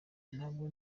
ntabwo